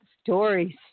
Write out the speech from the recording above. stories